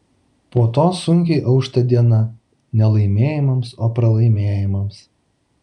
po to sunkiai aušta diena ne laimėjimams o pralaimėjimams